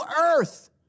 earth